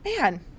man